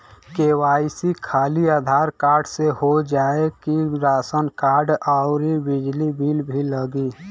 KYC खाली Aadhaar card से हो जाए कि राशन कार्ड अउर बिजली बिल भी लगी?